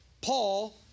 Paul